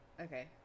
okay